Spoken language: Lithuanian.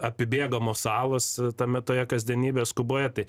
apibėgamos salos tame toje kasdienybės skuboje tai